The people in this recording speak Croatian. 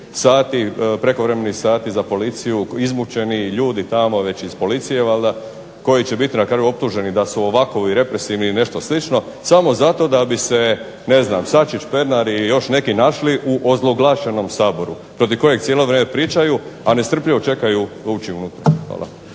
biti prekovremenih sati za policiju, izmučeni ljudi tamo već iz policije valjda koji će biti na kraju optuženi da su ovako represivni i nešto slično samo zato da bi se Sačić, Pernar i još neki našli u ozloglašenom Saboru protiv kojeg cijelo vrijeme pričaju, a nestrpljivo čekaju ući unutra. Hvala.